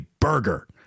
burger